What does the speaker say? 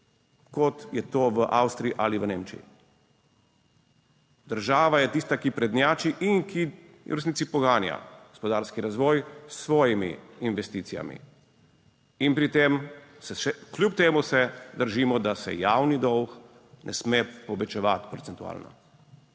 kot je to v Avstriji ali v Nemčiji. Država je tista, ki prednjači in ki v resnici poganja gospodarski razvoj s svojimi investicijami in pri tem se še kljub temu se držimo, da se javni dolg ne sme povečevati procentualno.